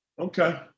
Okay